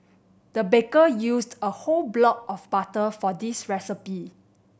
the baker used a whole block of butter for this recipe